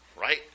right